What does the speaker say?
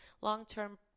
long-term